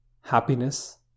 happiness